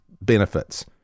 benefits